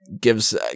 Gives